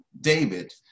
David